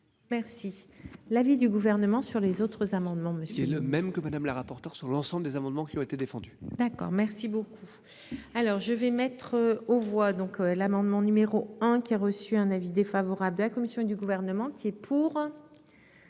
Merci. L'avis du gouvernement sur les autres amendements mais qui est le même que Madame la rapporteure sur l'ensemble des amendements qui ont été défendues. D'accord merci beaucoup. Alors je vais mettre aux voix donc l'amendement numéro 1 qui a reçu un avis défavorable de la commission et du gouvernement qui est. Pour.